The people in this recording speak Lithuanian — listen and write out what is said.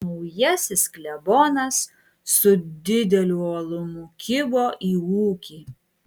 naujasis klebonas su dideliu uolumu kibo į ūkį